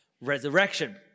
Resurrection